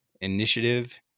initiative